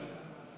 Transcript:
ברור.